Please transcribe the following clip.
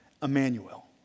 Emmanuel